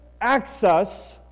access